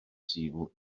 sul